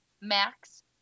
Max